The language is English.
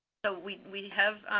so, we we have